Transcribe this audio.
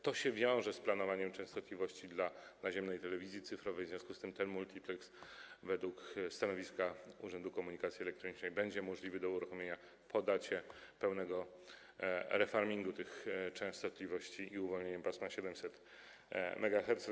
To się wiąże z planowaniem częstotliwości dla naziemnej telewizji cyfrowej, w związku z tym ten multipleks według stanowiska Urzędu Komunikacji Elektronicznej będzie możliwy do uruchomienia po dacie pełnego refarmingu tych częstotliwości, oraz z uwolnieniem pasma 700 MHz.